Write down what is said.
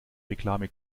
reklame